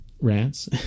rants